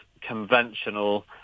conventional